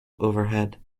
overhead